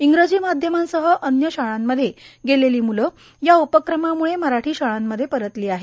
इंग्रजी माध्यमासह अन्य शाळांमध्ये गेलेली मूले या उपक्रमामूळे मराठी शाळांमध्ये परतली आहेत